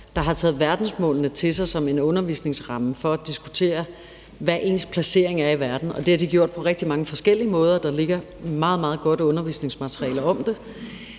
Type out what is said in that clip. der har taget verdensmålene til sig som en undervisningsramme for at diskutere, hvad ens placering i verden er. Det har de gjort på rigtig mange forskellige måder, og der ligger meget godt undervisningsmateriale om det.